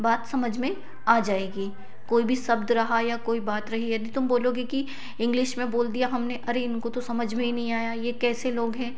बात समझ में आ जाएगी कोई भी शब्द रहा या कोई बात रही यदि तुम बोलोगे कि इंग्लिश में बोल दिया हमने अरे इनको तो समझ में ही नहीं आया ये कैसे लोग हैं